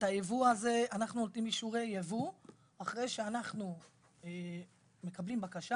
אנחנו נותנים אישורי ייבוא אחרי שאנחנו מקבלים בקשה.